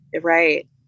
right